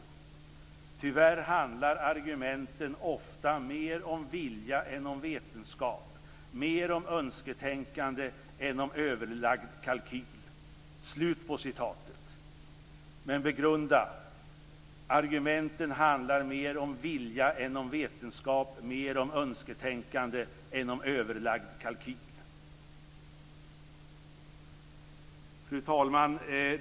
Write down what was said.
Tyvärr handlar argumenten ofta mer om vilja än om vetenskap, mer om önsketänkande än om överlagd kalkyl." Begrunda: Argumenten handlar mer om vilja än om vetenskap, mer om önsketänkande än om överlagd kalkyl. Fru talman!